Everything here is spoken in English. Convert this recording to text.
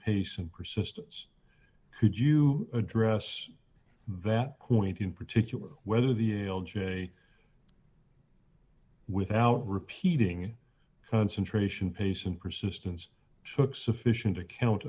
pace and persistence could you address that point in particular whether the l j without repeating concentration patient persistence shook sufficient account